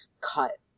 cut